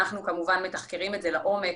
אנחנו כמובן מתחקרים את זה לעומק,